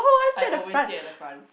I always sit at the front